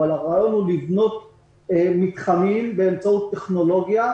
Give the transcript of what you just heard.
אבל הרעיון הוא לבנות מתחמים באמצעות טכנולוגיה,